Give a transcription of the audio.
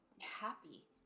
happy